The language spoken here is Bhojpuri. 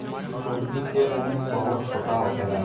मूर्गी के उम्र बहुत छोट होखेला